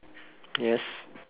yes